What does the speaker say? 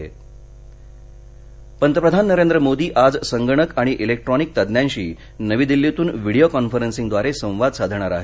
पंतप्रधान पंतप्रधान नरेंद्र मोदी आज संगणक आणि इलेक्ट्रॉनिक तज्ञाशी नवी दिल्लीतून व्हीडीओ कॉन्फरन्सिंगद्वारे संवाद साधणार आहेत